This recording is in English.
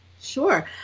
Sure